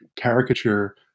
caricature